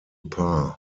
par